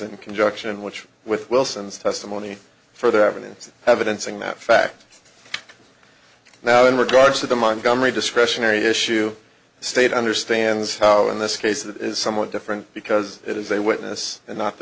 in conjunction which with wilson's testimony further evidence evidence in that fact now in regards to the montgomery discretionary issue state understands how in this case that is somewhat different because it is a witness and not the